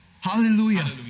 Hallelujah